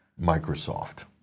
Microsoft